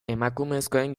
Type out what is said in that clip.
emakumezkoen